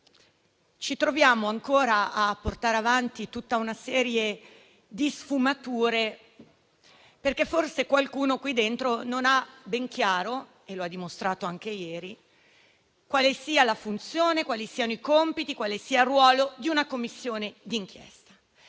ci troviamo ancora a portare avanti tutta una serie di sfumature, perché forse qualcuno qui dentro non ha ben chiaro - e lo ha dimostrato anche ieri - quale sia la funzione, quali siano i compiti e quale sia il ruolo di una Commissione d'inchiesta,